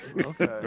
Okay